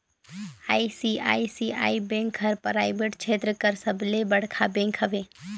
ICICI bank हर private छेत्र कर सबले बड़खा बेंक हवे